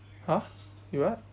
!huh! you what